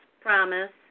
promise